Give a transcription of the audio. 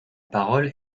parole